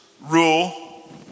rule